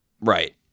right